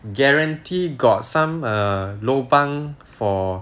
guarantee got some err lobang for